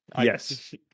yes